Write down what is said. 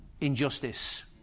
injustice